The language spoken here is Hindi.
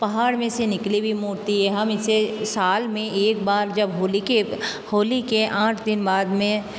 पहाड़ में से निकली हुई मूर्ति है हम इसे साल में एक बार जब होली के होली के आठ दिन बाद में